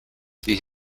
siis